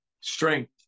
strength